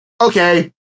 okay